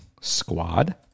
squad